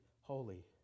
holy